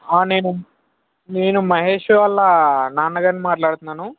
ఆ నేను నేను మహేష్ వాళ్ళ నాన్నగారిని మాట్లాడుతున్నాను